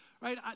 Right